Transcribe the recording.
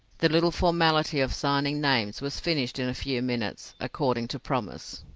the little formality of signing names was finished in a few minutes, according to promise.